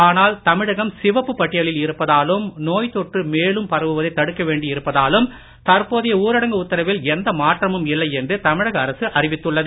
ஆனால் தமிழகம் சிவப்பு பட்டியலில் இருப்பதாலும் நோய் தொற்று மேலும் பரவுவதை தடுக்க வேண்டி இருப்பதாலும் தற்போதைய ஊரடங்கு உத்தரவில் எந்த மாற்றமும் இல்லை என்று தமிழக அரசு அறிவித்துள்ளது